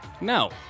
No